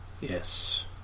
yes